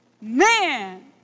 Man